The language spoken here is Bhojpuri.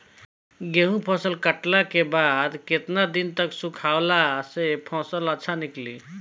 गेंहू फसल कटला के बाद केतना दिन तक सुखावला से फसल अच्छा निकली?